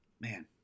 Man